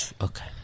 Okay